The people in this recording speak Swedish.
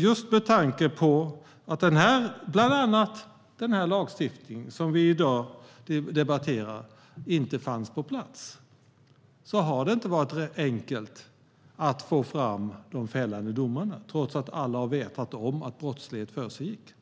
Just med tanke på att bland annat den lagstiftning som vi i dag debatterar inte fanns på plats var det inte enkelt att få fram de fällande domarna, trots att alla visste om att brottslighet försiggick.